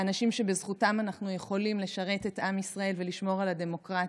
האנשים שבזכותם אנחנו יכולים לשרת את עם ישראל ולשמור על הדמוקרטיה,